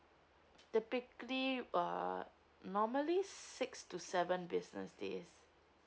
typically uh normally six to seven business days